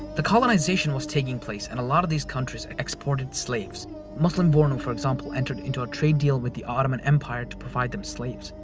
colonization was taking place, and a lot of these countries exported slaves. muslim bornu, for example, entered into a trade deal with the ottoman empire to provide them slaves.